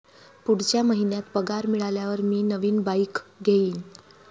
पुढच्या महिन्यात पगार मिळाल्यावर मी नवीन बाईक घेईन